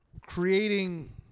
creating